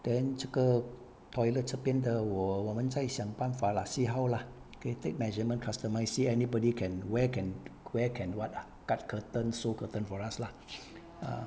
then 这个 toilet 这边的我我们再想办法 lah see how lah okay take measurement customise see anybody can where can where can what ah cut curtain sew curtain for us lah ugh